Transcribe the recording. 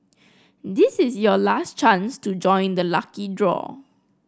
this is your last chance to join the lucky draw